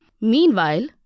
Meanwhile